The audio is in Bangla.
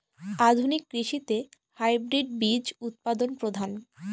আধুনিক কৃষিতে হাইব্রিড বীজ উৎপাদন প্রধান